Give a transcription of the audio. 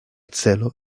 celo